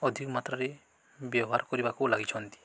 ଅଧିକ ମାତ୍ରାରେ ବ୍ୟବହାର କରିବାକୁ ଲାଗିଛନ୍ତି